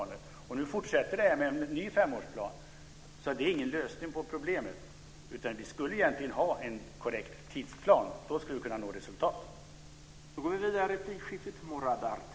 Nu fortsätter det med en ny femårsplan. Det är ingen lösning på problemet. Vi skulle egentligen ha en korrekt tidsplan. Då skulle vi kunna nå resultat.